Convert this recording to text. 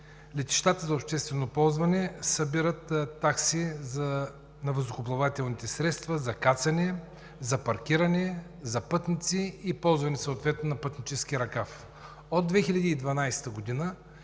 летищата за обществено ползване събират такси от въздухоплавателните средства – за кацане, за паркиране, за пътници и съответно за ползване на пътнически ръкав. От 2012 г. са